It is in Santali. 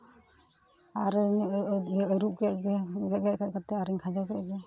ᱟᱨᱚ ᱤᱱᱟᱹᱜ ᱜᱮ ᱟᱹᱨᱩᱵ ᱠᱮᱫ ᱜᱮ ᱜᱮᱫ ᱜᱮᱫ ᱠᱟᱛᱮ ᱟᱨᱚᱧ ᱠᱷᱟᱸᱡᱚ ᱠᱮᱫ ᱜᱮ